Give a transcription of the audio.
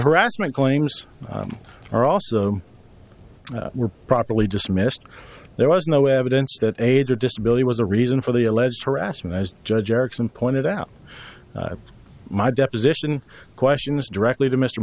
harassment claims are also were properly dismissed there was no evidence that ada disability was a reason for the alleged harassment as judge erickson pointed out my deposition questions directly to mr